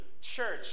church